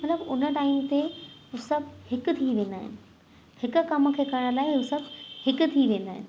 मतिलबु उन टाईम ते हू सभु हिकु थी वेंदा आहिनि हिकु कम खे करण लाइ हू सभु हिकु थी वेंदा आहिनि